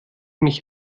mich